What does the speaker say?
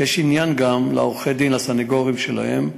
יש עניין גם לעורכי-דין, לסנגורים שלהם,